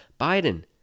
Biden